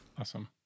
Awesome